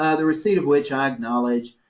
ah the receipt of which i acknowledge.